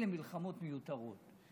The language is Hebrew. אלה מלחמות מיותרות.